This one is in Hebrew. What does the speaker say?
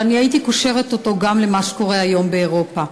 אבל אני הייתי קושרת אותו גם למה שקורה היום באירופה.